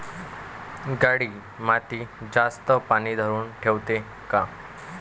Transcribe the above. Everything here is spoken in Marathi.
काळी माती जास्त पानी धरुन ठेवते का?